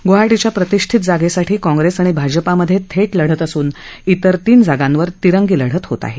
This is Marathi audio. गुवाहाटीच्या प्रतिष्ठीत जागेसाठी काँप्रेस आणि भाजपामधे थेट लढत होत असून त्विर तीन जागांवर तिरंगी लढत होत आहे